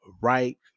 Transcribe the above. right